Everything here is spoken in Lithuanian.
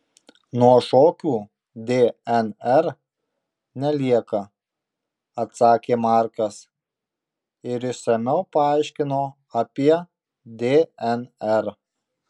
nuo šokių dnr nelieka atsakė markas ir išsamiau paaiškino apie dnr